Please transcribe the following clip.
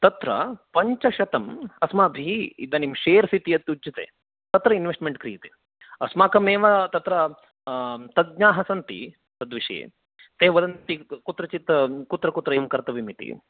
तत्र पञ्चशतं अस्माभिः इदानीं शेर्स् इति यदुच्यते तत्र इन्वेस्ट्मेण्ट् क्रियते अस्माकमेव तत्र तज्ञाः सन्ति तद्विषये ते वदन्ति कित्रचित् कुत्र कुत्र एवं करणीयमिति